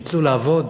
שיצאו לעבוד?